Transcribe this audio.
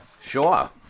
Sure